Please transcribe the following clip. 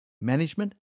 management